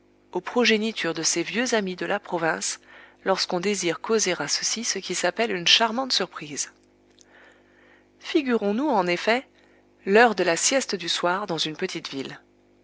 aux progénitures de ses vieux amis de la province lorsqu'on désire causer à ceux-ci ce qui s'appelle une charmante surprise figurons nous en effet l'heure de la sieste du soir dans une petite ville